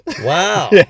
Wow